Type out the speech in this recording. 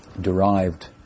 derived